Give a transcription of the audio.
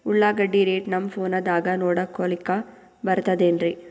ಉಳ್ಳಾಗಡ್ಡಿ ರೇಟ್ ನಮ್ ಫೋನದಾಗ ನೋಡಕೊಲಿಕ ಬರತದೆನ್ರಿ?